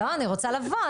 לא, אני רוצה לבוא.